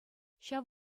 ҫав